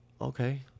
okay